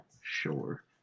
Sure